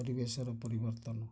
ପରିବେଶର ପରିବର୍ତ୍ତନ